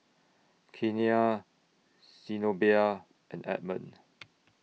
Keanna Zenobia and Edmund